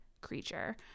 creature